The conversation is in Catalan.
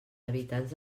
habitants